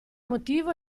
motivo